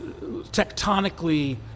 tectonically